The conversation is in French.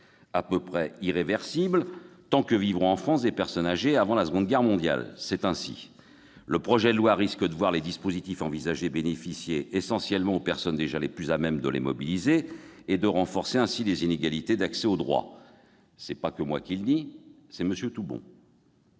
à peu près irréversible tant que vivront en France des personnes nées avant la Seconde Guerre mondiale, le projet de loi risque de voir les dispositifs envisagés bénéficier essentiellement aux personnes déjà les plus à même de les mobiliser et de renforcer ainsi les inégalités d'accès au droit- c'est n'est pas que moi qui le dis, c'est aussi M. Toubon.